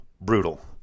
brutal